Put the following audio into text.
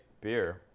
beer